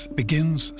begins